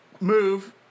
move